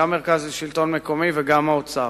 גם המרכז לשלטון מקומי וגם האוצר.